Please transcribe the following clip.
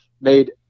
made